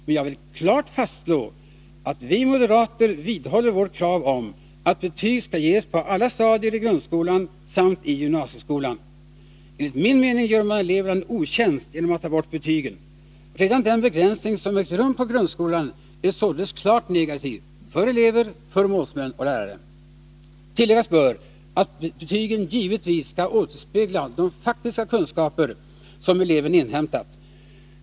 Men jag vill klart fastslå att vi moderater vidhåller vårt krav om att betyg skall ges på alla stadier i grundskolan samt i gymnasieskolan. Enligt min mening gör man eleverna en otjänst genom att ta bort betygen. Redan den begränsning som ägt rum på grundskolan är således klart negativ för elever, målsmän och lärare. Tilläggas bör att betygen givetvis skall återspegla de faktiska kunskaper som eleven inhämtat.